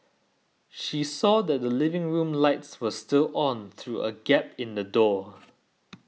she saw that the living room lights were still on through a gap in the door